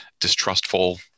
distrustful